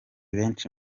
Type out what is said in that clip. benshi